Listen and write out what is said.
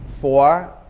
four